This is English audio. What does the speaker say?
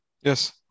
Yes